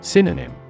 Synonym